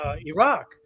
Iraq